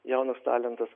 jaunas talentas